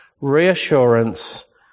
reassurance